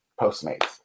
Postmates